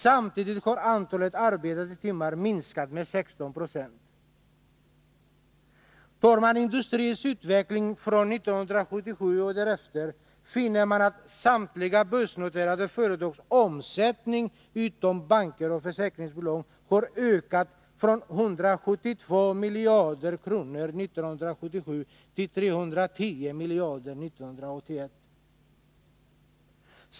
Samtidigt har antalet arbetade timmar minskat med 16 96. Tar man industrins utveckling från 1977 och därefter, finner man att samtliga börsnoterade företags omsättning utom banker och försäkringsbolag har ökat från 172 miljarder kronor 1977 till 310 miljarder 1981.